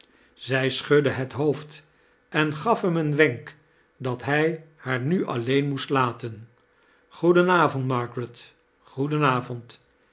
zij schudde het hoofd en gaf liem een wtenk dat hij haar nu alleen moest laten goeden avond margaret